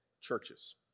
churches